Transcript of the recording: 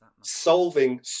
solving